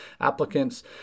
applicants